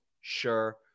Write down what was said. sure